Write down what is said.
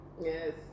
Yes